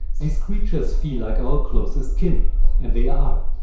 these creatures feel like our closest kin and they are.